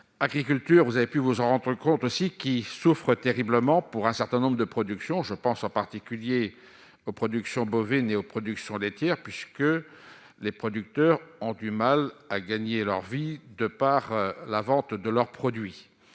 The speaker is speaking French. agriculture, vous avez pu vous en rendre compte, aussi, qui souffre terriblement, pour un certain nombre de productions, je pense en particulier aux productions bovines et aux productions des tiers puisque les producteurs ont du mal à gagner leur vie, de par la vente de leurs produits,